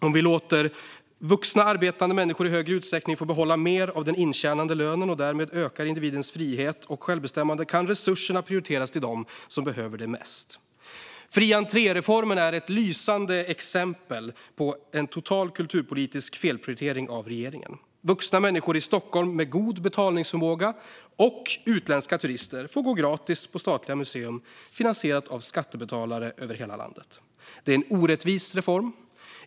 Om vi låter vuxna arbetande människor i högre utsträckning få behålla mer av den intjänade lönen, och därmed ökar individens frihet och självbestämmande, kan resurserna prioriteras till dem som behöver det mest. Fri-entré-reformen är ett lysande exempel på en total kulturpolitisk felprioritering av regeringen. Vuxna människor i Stockholm med god betalningsförmåga och utländska turister får gå gratis på statliga museer, och det finansieras av skattebetalare över hela landet. Det är en orättvis reform.